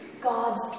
God's